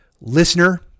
listener